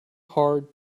hard